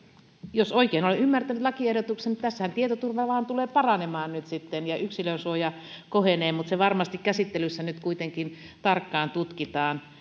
jos oikein olen ymmärtänyt lakiehdotuksen niin tässähän tietoturva tulee nyt sitten vain paranemaan ja yksilönsuoja kohenee mutta se varmasti käsittelyssä nyt kuitenkin tarkkaan tutkitaan